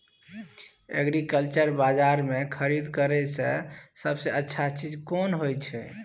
Agriculture बाजार में खरीद करे से सबसे अच्छा चीज कोन होय छै?